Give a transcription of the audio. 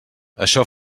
això